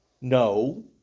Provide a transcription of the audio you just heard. No